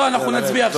לא, אנחנו נצביע עכשיו.